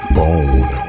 bone